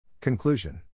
Conclusion